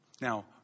Now